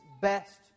best